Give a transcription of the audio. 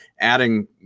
adding